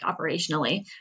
operationally